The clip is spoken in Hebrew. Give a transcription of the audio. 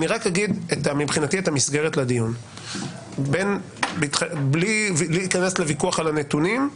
המסגרת לדיון היא בלי להיכנס לוויכוח על הנתונים,